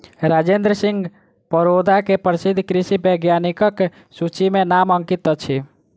राजेंद्र सिंह परोदा के प्रसिद्ध कृषि वैज्ञानिकक सूचि में नाम अंकित अछि